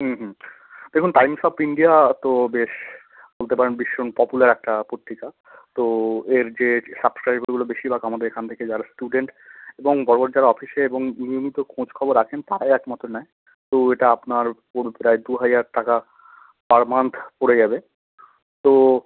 হুম হুম দেখুন Times of India তো বেশ বলতে পারেন ভীষণ পপুলার একটা পত্রিকা তো এর যে সাবস্ক্রাইবগুলো বেশিরভাগ আমাদের এখান থেকে যারা স্টুডেন্ট এবং বড় বড় যারা অফিসে এবং নিয়মিত খোঁজখবর রাখেন তারাই একমাত্র নেয় তো এটা আপনার প্রায় দুহাজার টাকা পার মান্থ পড়ে যাবে তো